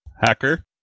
Hacker